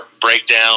breakdown